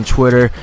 Twitter